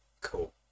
Cool